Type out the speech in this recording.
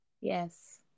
yes